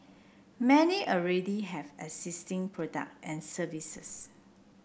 many already have existing product and services